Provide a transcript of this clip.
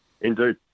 Indeed